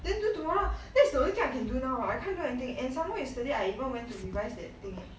then do tomorrow that's the only thing I can do now right I can't do anything and some more yesterday I even went to revise that thing eh